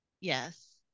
Yes